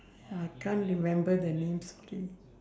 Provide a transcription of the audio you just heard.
I can't remember the name sorry